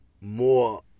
more